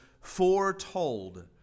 foretold